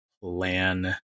plan